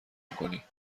میکنی